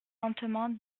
lentement